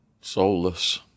soulless